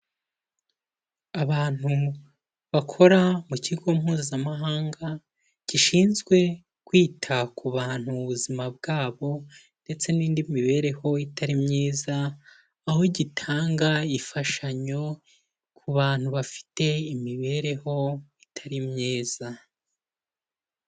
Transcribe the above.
Abantu bakora mu kigo mpuzamahanga gishinzwe kwita ku bantu mu buzima bwabo, ndetse n'indi mibereho itari myiza; aho gitanga imfashanyo ku bantu bafite imibereho itari myiza.